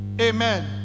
Amen